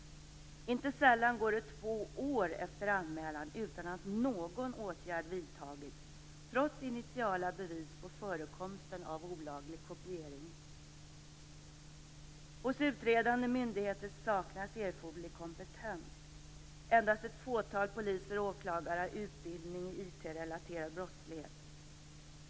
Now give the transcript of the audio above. Inte sällan går det två år efter anmälan utan att någon åtgärd vidtagits, trots initiala bevis på förekomsten av olaglig kopiering. Hos utredande myndigheter saknas erforderlig kompetens. Endast ett fåtal poliser och åklagare har utbildning i IT-relaterad brottslighet.